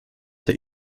der